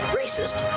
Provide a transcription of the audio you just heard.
racist